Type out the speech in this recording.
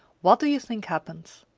what do you think happened?